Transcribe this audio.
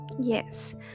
yes